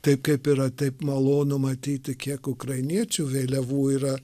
taip kaip yra taip malonu matyti kiek ukrainiečių vėliavų yra